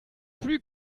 plus